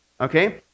Okay